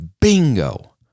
bingo